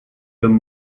comme